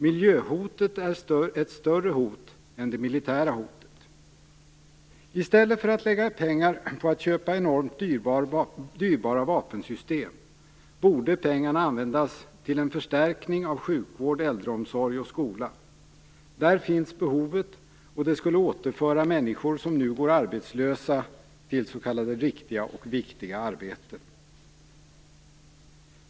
Miljöhotet är ett större hot än det militära hotet. I stället för att lägga pengar på att köpa enormt dyrbara vapensystem borde pengarna användas till en förstärkning av sjukvård, äldreomsorg och skola. Där finns behovet, och det skulle återföra människor som nu går arbetslösa till s.k. riktiga och viktiga arbeten.